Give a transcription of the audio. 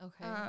Okay